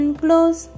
close